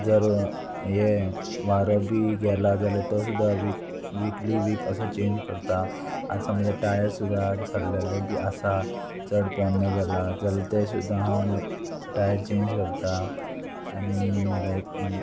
जर हें वारो बी गेला जाल्यार तो सुद्दां वीक वीकली वीक असो चेंज करता आनी समज टायर सुद्दां झरलेले बी आसा चड पोन्ने जाला जाल्या ते सुद्दां हांव मागीर टायर चेंज करता आनी लायक